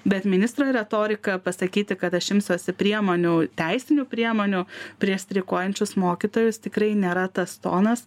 bet ministrui retorika pasakyti kad aš imsiuosi priemonių teisinių priemonių prieš streikuojančius mokytojus tikrai nėra tas tonas